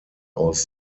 aus